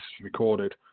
recorded